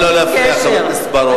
נא לא להפריע, חבר הכנסת בר-און.